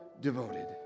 devoted